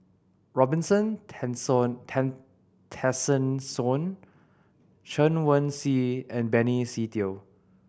Robin Tessensohn Chen Wen Hsi and Benny Se Teo